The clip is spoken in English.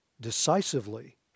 decisively